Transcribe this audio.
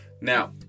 Now